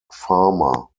farmer